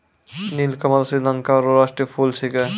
नीलकमल श्रीलंका रो राष्ट्रीय फूल छिकै